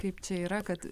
kaip čia yra kad